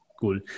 cool